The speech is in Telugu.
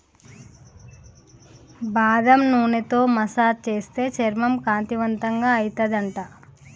బాదం నూనెతో మసాజ్ చేస్తే చర్మం కాంతివంతంగా అయితది అంట